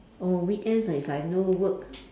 oh weekends if I've no work